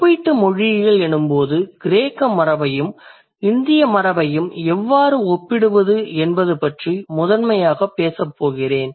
ஒப்பீட்டு மொழியியல் எனும்போது கிரேக்க மரபையும் இந்திய மரபையும் எவ்வாறு ஒப்பிடுவது என்பது பற்றி முதன்மையாக பேசப்போகிறேன்